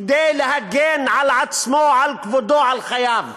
כדי להגן על עצמו, על כבודו, על חייו?